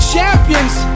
Champions